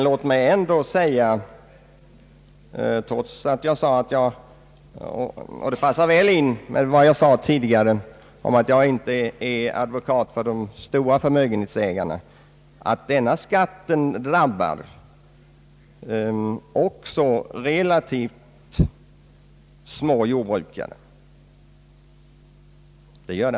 Låt mig ändå få säga — det passar väl in med vad jag sade tidigare om att jag inte är advokat för de stora förmögenhetsägarna — att denna skatt faktiskt drabbar även relativt små jordbrukare.